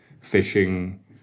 fishing